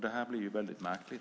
Det blir väldigt märkligt.